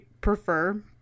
prefer